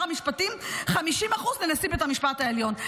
המשפטים ו-50% לנשיא בית המשפט העליון.